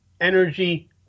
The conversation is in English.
energy